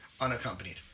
unaccompanied